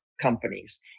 companies